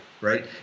right